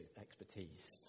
expertise